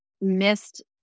missed